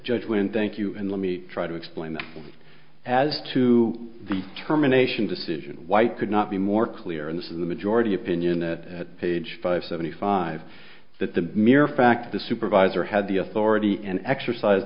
judgment thank you and let me try to explain this as to the terminations decision white could not be more clear and this is the majority opinion page five seventy five that the mere fact the supervisor had the authority and exercise